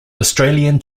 australian